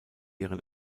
ihren